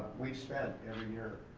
we've spent every year,